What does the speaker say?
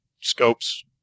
scopes